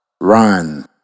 run